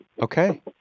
Okay